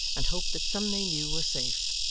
and hoped that some they knew were safe,